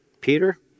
Peter